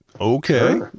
Okay